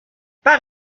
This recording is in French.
par